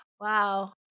Wow